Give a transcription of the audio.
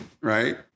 right